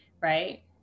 Right